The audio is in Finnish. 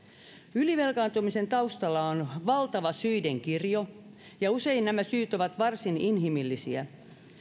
ylivelkaantumisen taustalla on valtava syiden kirjo ja usein nämä syyt ovat varsin inhimillisiä